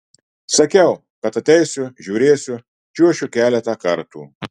sakiau kad ateisiu žiūrėsiu čiuošiu keletą kartų